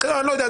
אני לא יודע,